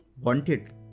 wanted